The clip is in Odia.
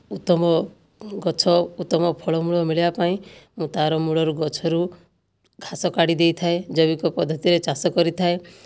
ଉତ୍ତମ ଗଛ ଉତ୍ତମ ଫଳମୂଳ ମିଳିବା ପାଇଁ ମୁଁ ତା'ର ମୂଳରୁ ଗଛରୁ ଘାସ କାଢ଼ିଦେଇଥାଏ ଜୈବିକ ପଦ୍ଧତିରେ ଚାଷ କରିଥାଏ